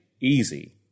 easy